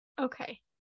Okay